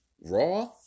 Raw